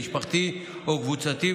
משפחתי או קבוצתי,